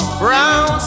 brown